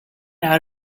out